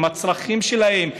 עם הצרכים שלהם,